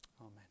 Amen